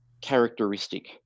characteristic